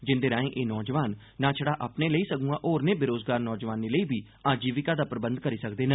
जिंदे राएं एह् नौजवान नां छड़ा अपने लेई सगुआं होरनें बेरोजगार नौजवानें लेई बी आजीविका दा प्रबंध करी सकदे न